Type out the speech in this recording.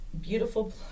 beautiful